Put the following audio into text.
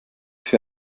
für